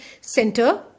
center